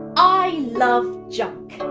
i love junk.